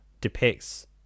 depicts